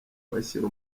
bashyira